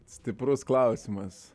stiprus klausimas